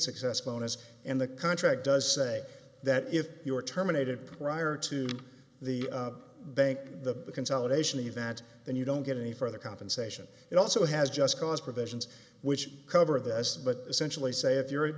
success phone us and the contract does say that if you are terminated prior to the bank the consolidation event then you don't get any further compensation it also has just cause provisions which cover this but essentially say if you're